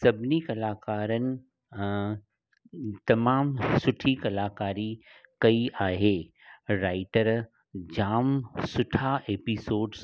सभिनी कलाकारनि अ तमामु सुठी कलाकारी कई आहे राईटर जामु सुठा एपिसोड्स